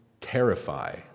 terrify